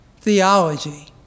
theology